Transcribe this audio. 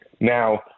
Now